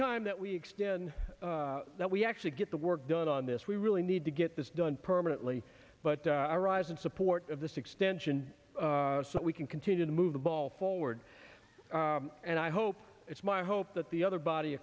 time that we extend that we actually get the work done on this we really need to get this done permanently but i rise in support of this extension so we can continue to move the ball forward and i hope it's my hope that the other body